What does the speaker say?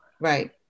Right